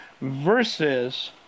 versus